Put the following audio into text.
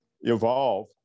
evolve